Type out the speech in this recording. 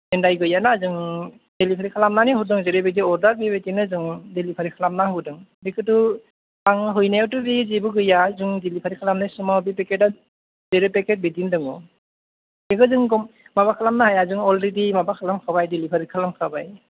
दाय गैयाना जों देलिभारि खालामनानै होदों जेरैबायदि अर्दार बेबायदिनो जों दिलिभारि खालामना होबोदों बेखौथ' आं हैनायावथ' बे जेबो गैया जों दिलिभारि खालामनाय समाव बे पेकेता जेरै पेकेत बिदिनो दङ बेखौ जों माबा खालामनो हाया जों अलरेडि माबा खालामखाबाय देलिभारि खालामखाबाय